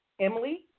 Emily